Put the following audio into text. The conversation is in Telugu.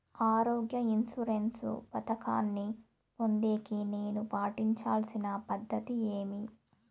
ఆరోగ్య ఇన్సూరెన్సు పథకాన్ని పొందేకి నేను పాటించాల్సిన పద్ధతి ఏమి?